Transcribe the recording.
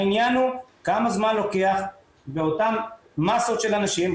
העניין הוא כמה זמן לוקח באותם מסות של אנשים,